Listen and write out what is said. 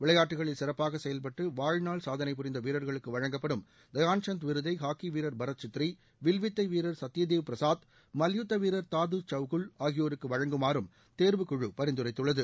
விளையாட்டுகளில் சிறப்பாக செயல்பட்டு வாழ்நாள் சாதனைபுரிந்த வீரர்களுக்கு வழங்கப்படும தயான்சந்த் விருதை ஹாக்கி வீரர் பரத் சித்ரி வில்வித்தை வீரர் சத்யதேவ் பிரசாத் மல்யுத்த வீரர் தாது சவுகுல் ஆகியோருக்கு வழங்குமாறும் தேர்வுக்குழு பரிந்துரைத்துள்ளது